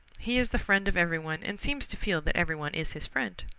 he is the friend of everyone and seems to feel that everyone is his friend.